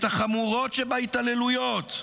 את החמורות שבהתעללויות,